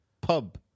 pub